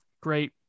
great